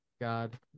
God